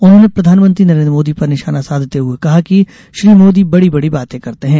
उन्होंने प्रधानमंत्री नरेन्द्र मोदी पर निशाना साधते हुए कहा कि श्री मोदी बड़ी बड़ी बातें करते हैं